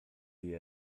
sie